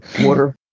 water